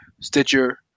stitcher